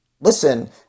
Listen